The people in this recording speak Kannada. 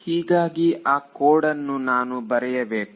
ಹೀಗಾಗಿ ನಾವು ಯಾವುದೇ ಕನ್ವೆನ್ಷನ್ ಅನ್ನು ಲೆಕ್ಕಿಸಿ ಅಥವಾ ಅವಲಂಬಿಸಬಾರದು